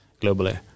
globally